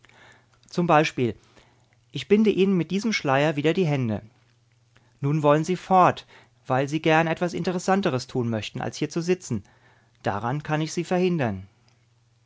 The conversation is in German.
zum beispiel ich binde ihnen mit diesem schleier wieder die hände nun wollen sie fort weil sie gern etwas interessanteres tun möchten als hier zu sitzen daran kann ich sie verhindern